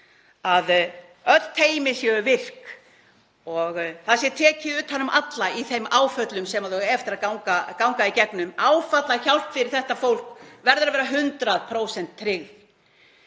að öll teymi séu virk og það sé tekið utan um alla í þeim áföllum sem þau eiga eftir að ganga í gegnum. Áfallahjálp fyrir þetta fólk verður að vera 100% tryggð.